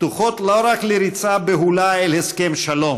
פתוחות לא רק לריצה בהולה אל הסכם שלום,